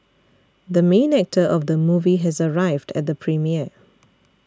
the main actor of the movie has arrived at the premiere